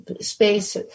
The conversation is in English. space